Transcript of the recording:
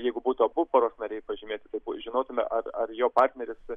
jeigu būtų abu poros nariai pažymėti taip pat žinotumėme ar ar jo partneris